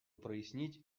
прояснить